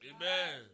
Amen